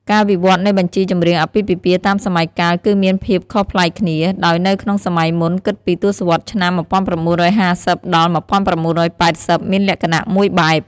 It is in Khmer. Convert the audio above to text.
ការវិវត្តនៃបញ្ជីចម្រៀងអាពាហ៍ពិពាហ៍តាមសម័យកាលគឺមានភាពខុសប្លែកគ្នា ដោយនៅក្នុងសម័យមុន គិតពី ទសវត្សរ៍ឆ្នាំ ១៩៥០ដល់ ១៩៨០ មានលក្ខណៈមួយបែប។